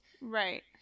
Right